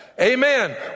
Amen